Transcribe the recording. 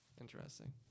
Interesting